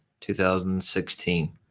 2016